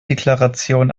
deklaration